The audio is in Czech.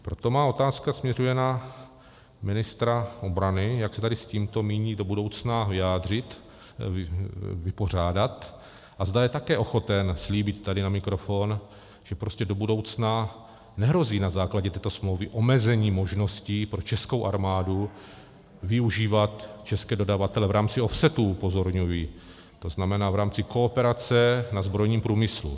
Proto má otázka směřuje na ministra obrany, jak se k tomuto míní do budoucna vyjádřit a zda je také ochoten slíbit tady na mikrofon, že do budoucna nehrozí na základě této smlouvy omezení možností pro českou armádu využívat české dodavatele v rámci offsetů upozorňuji, to znamená v rámci kooperace na zbrojním průmyslu.